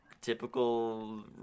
typical